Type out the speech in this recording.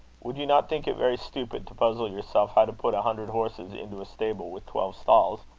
would you not think it very stupid to puzzle yourself how to put a hundred horses into a stable with twelve stalls?